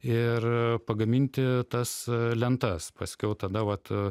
ir pagaminti tas lentas paskiau tada vat